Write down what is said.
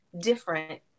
different